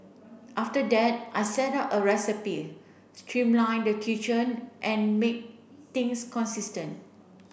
after that I set up a recipe streamline the kitchen and make things consistent